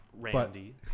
Randy